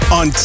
on